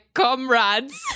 comrades